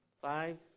Five